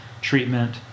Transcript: treatment